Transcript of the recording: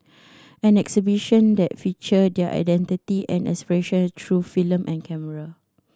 an exhibition that feature their identity and aspiration through film and camera